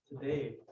today